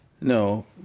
No